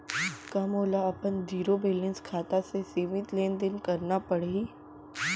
का मोला अपन जीरो बैलेंस खाता से सीमित लेनदेन करना पड़हि?